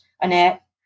Annette